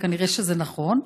ונראה שזה נכון,